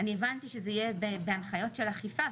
אני הבנתי שזה יהיה בהנחיות של האכיפה,